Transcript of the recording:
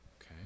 okay